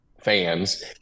fans